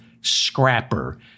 scrapper